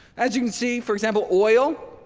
as you can see, for example, oil,